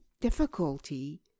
difficulty